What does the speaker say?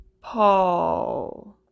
Paul